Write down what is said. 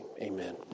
amen